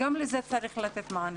צריך לתת מענה.